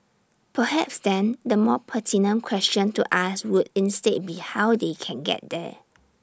perhaps then the more pertinent question to ask would instead be how they can get there